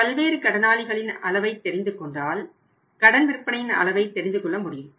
பல்வேறு கடனாளிகளின் அளவை தெரிந்து கொண்டால் கடன் விற்பனையின் அளவை தெரிந்துகொள்ள முடியும்